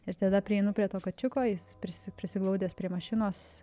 ir tada prieinu prie to kačiuko jis prisi prisiglaudęs prie mašinos